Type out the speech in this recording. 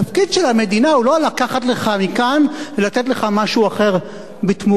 התפקיד של המדינה הוא לא לקחת לך מכאן ולתת לך משהו אחר תמורתו.